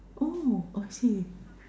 oh I see